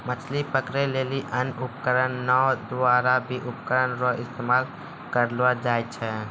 मछली पकड़ै लेली अन्य उपकरण नांव द्वारा भी उपकरण रो इस्तेमाल करलो जाय छै